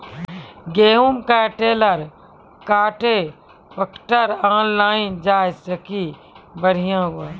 गेहूँ का trailer contractor online जाए जैकी बढ़िया हुआ